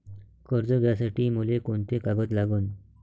कर्ज घ्यासाठी मले कोंते कागद लागन?